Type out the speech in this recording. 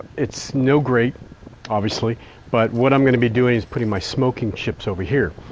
it's no grate obviously but what i'm going to be doing is putting my smoking chips over here.